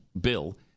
bill